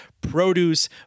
produce